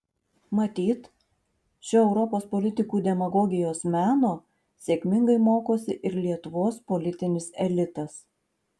matyt šio europos politikų demagogijos meno sėkmingai mokosi ir lietuvos politinis elitas